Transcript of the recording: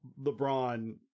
lebron